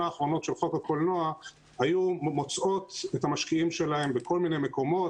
האחרונות של חוק הקולנוע היו מוצאים את המשקיעים שלהם בכל מיני מקומות,